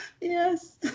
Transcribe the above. Yes